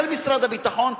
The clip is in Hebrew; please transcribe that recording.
של משרד הביטחון,